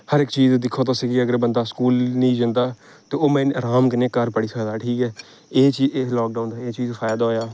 हर इक चीज गी दिक्खो तुस जे अगर बंदा स्कूल नेईं जंदा ते ओह् मते कन्नै अराम कन्नै घर पढ़ी सकदा ठीक ऐ एह् चीज इस लाकडाउन दा एह् फायदा होएआ